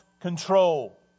control